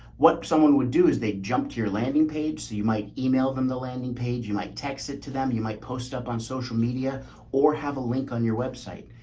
what someone would do is they jump to your landing page, so you might email them the landing page. you might text it to them, you might post up on social media or have a link on your website.